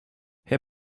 herr